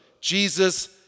Jesus